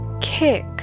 kick